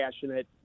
passionate